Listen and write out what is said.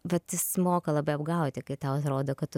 vat jis moka labai apgauti kai tau atrodo kad tu